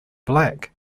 black